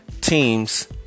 teams